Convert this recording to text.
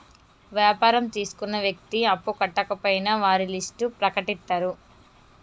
వ్యాపారం తీసుకున్న వ్యక్తి అప్పు కట్టకపోయినా వారి లిస్ట్ ప్రకటిత్తరు